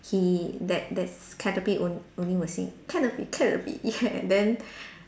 he that that Caterpie will only will sing Caterpie Caterpie yeah then